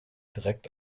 direkt